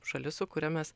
šalis su kuria mes